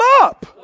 up